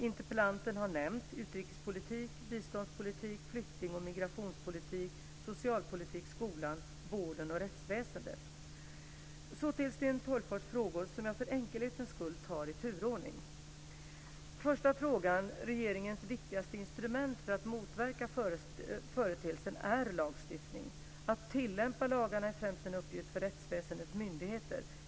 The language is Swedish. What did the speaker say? Interpellanten har nämnt utrikespolitiken, biståndspolitiken, flykting och migrationspolitiken, socialpolitiken, skolan, vården och rättsväsendet. Så går jag över till Sten Tolgfors frågor som jag för enkelhetens skull tar i turordning. Svaret på den första frågan är att regeringens viktigaste instrument för att motverka företeelsen är lagstiftning. Att tillämpa lagarna är främst en uppgift för rättsväsendets myndigheter.